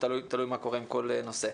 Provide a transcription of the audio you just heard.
תלוי מה קורה עם כל נושא.